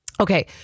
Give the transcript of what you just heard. Okay